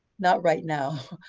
not right now.